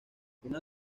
una